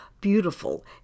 beautiful